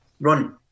run